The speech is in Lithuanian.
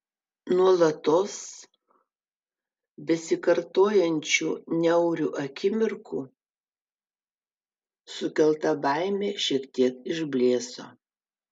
nuolatos besikartojančių niaurių akimirkų sukelta baimė šiek tiek išblėso